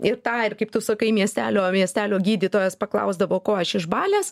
ir tą ir kaip tu sakai miestelio miestelio gydytojas paklausdavo ko aš išbalęs